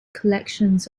collections